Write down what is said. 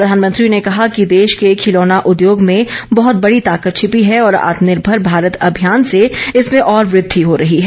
प्रधानमंत्री ने कहा कि देश के खिलौना उद्योग में बहत बड़ी ताकत छिपी है और आत्मनिर्भर भारत अभियान से इसमें और वृद्धि हो रही है